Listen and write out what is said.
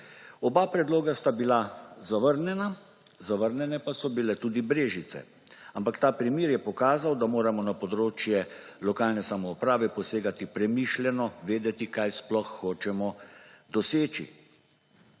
Oba predloga sta bila zavrnjena, zavrnjene pa so bile tudi Brežice, ampak ta primer je pokazal, da moramo na področje lokalne samouprave posegati premišljeno, vedeti, kaj sploh hočemo doseči.